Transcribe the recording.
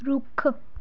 ਰੁੱਖ